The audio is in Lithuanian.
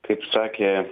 kaip sakė